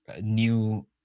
new